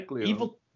Evil